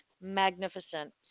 magnificent